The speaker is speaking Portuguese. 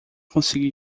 consegui